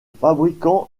fabricant